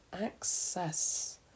access